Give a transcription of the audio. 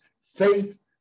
faith